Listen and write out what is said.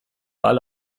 alle